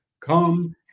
come